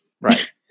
Right